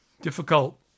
Difficult